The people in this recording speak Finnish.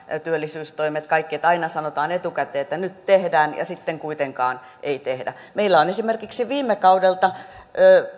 työllisyystoimet kaikki että sanotaan etukäteen että nyt tehdään ja sitten kuitenkaan ei tehdä meillä on esimerkiksi viime kaudelta